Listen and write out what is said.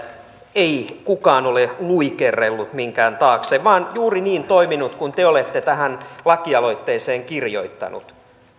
ei kukaan ole luikerrellut minkään taakse vaan juuri niin toiminut kuin te te olette tähän lakialoitteeseen kirjoittanut